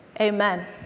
Amen